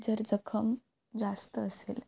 जर जखम जास्त असेल